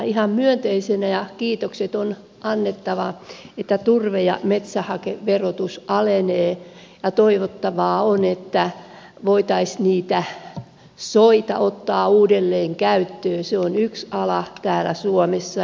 ihan myönteistä ja kiitokset on annettava että turve ja metsähakeverotus alenee ja toivottavaa on että voitaisiin niitä soita ottaa uudelleen käyttöön se on yksi ala täällä suomessa